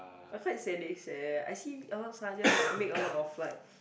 but quite sadist eh I see a lot of sergeant like make a lot of like